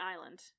island